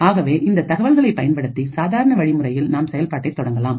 ஆகவே இந்த தகவல்களை பயன்படுத்தி சாதாரண வழிமுறையில் நாம் செயல்பாட்டை தொடங்கலாம்